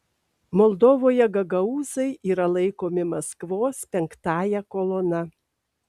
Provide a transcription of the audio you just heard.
moldovoje gagaūzai yra laikomi maskvos penktąja kolona